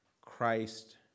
Christ